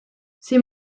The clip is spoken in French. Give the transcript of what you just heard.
ces